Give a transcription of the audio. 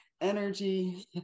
Energy